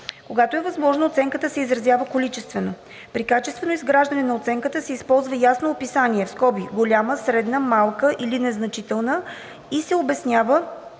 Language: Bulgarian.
Когато е възможно, оценката се изразява количествено. При качествено изражение на оценката се използва ясно описание („голяма“, „средна“, „малка“ или „незначителна“) и се обяснява